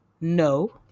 No